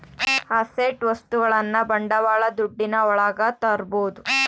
asset ವಸ್ತುಗಳನ್ನ ಬಂಡವಾಳ ದುಡ್ಡಿನ ಒಳಗ ತರ್ಬೋದು